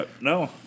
no